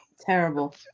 Terrible